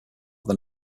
than